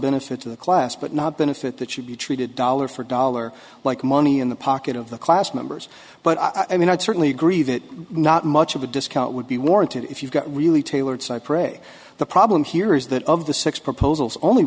benefit to the class but not benefit that should be treated dollar for dollar like money in the pocket of the class members but i mean i'd certainly agree that not much of a discount would be warranted if you got really tailored cypre the problem here is that of the six proposals only